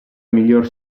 miglior